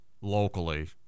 locally